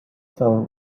fell